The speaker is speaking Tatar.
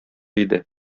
иде